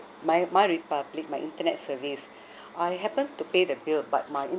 my my republic my internet service I happened to pay the bill but my